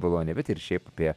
boloniją bet ir šiaip apie